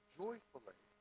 joyfully